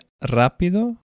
rápido